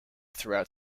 throughout